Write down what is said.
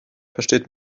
versteht